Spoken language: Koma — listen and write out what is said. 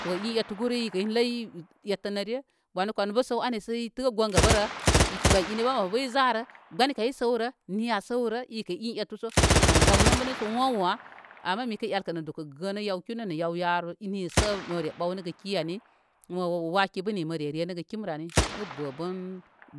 To i ettu guru in ləy ettənə re wanə kanbə səw ani sə itə goyga bərə ikə gbəy in mabu aw bə izarə gbəni kaw bə i səwrə miya səwrə ikə in ettu sə mən zawnombənə sə wáwá amə məkə ekə nə dukə gənə yaw kinu nə yaw yaru ni sə məre ɓaw nəgə ki ani mo waki bə ni məre renəgə kimrə ani mə bə bən